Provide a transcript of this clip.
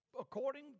according